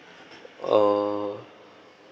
oh